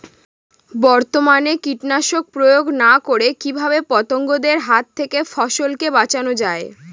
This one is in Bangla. বর্তমানে কীটনাশক প্রয়োগ না করে কিভাবে পতঙ্গদের হাত থেকে ফসলকে বাঁচানো যায়?